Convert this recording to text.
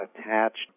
attached